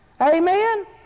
Amen